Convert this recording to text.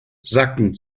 sacken